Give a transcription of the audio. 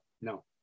no